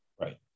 Right